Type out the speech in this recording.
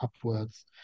upwards